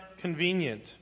convenient